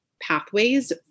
pathways